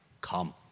come